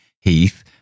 Heath